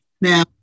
now